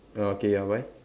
oh okay ya why